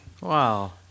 Wow